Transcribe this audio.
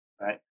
Right